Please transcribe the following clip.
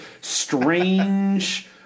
strange